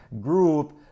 group